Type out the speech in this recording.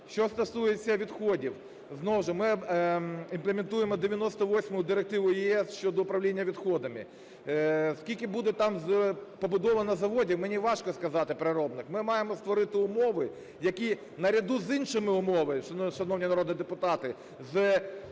Що стосується відходів. Знову ж ми імплементуємо 98 Директиви ЄС щодо управління відходами. Скільки буде там побудовано заводів, мені важко сказати, переробних. Ми маємо створити умови, які наряду з іншими умовами, шановні народні депутати,